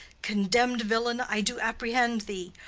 condemned villain, i do apprehend thee.